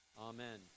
Amen